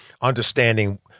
understanding